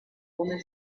woman